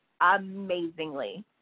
amazingly